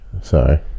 Sorry